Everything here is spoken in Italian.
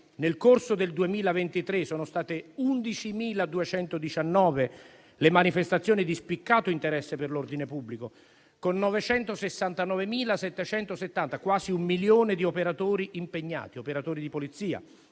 nel corso del 2023, sono state 11.219 le manifestazioni di spiccato interesse per l'ordine pubblico, con 969.770 (quasi un milione) operatori di Polizia